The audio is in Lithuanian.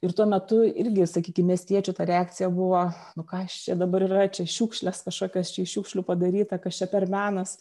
ir tuo metu irgi sakykim miestiečių ta reakcija buvo nu kas čia dabar yra čia šiukšlės kažkokios čia iš šiukšlių padaryta kas čia per menas